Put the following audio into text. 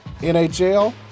NHL